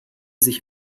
sich